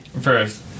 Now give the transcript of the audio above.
First